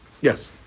yes